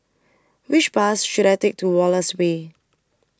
Which Bus should I Take to Wallace Way